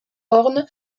orne